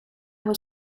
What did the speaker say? was